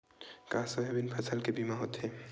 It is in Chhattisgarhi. का सोयाबीन फसल के बीमा होथे?